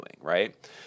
right